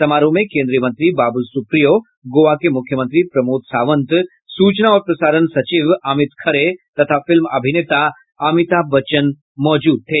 समारोह में केन्द्रीय मंत्री बाबूल सुप्रियो गोवा के मुख्यमंत्री प्रमोद सावंत सूचना और प्रसारण सचिव अमित खरे तथा फिल्म अभिनेता अमिताभ बच्चन मौजूद थे